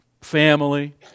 family